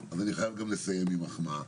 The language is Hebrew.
אני חייב גם לסיים עם מחמאה.